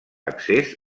accés